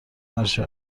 عرشه